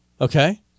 Okay